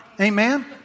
Amen